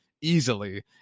easily